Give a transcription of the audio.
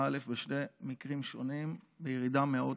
א' בשני מקרים שונים בירידה מהאוטובוס,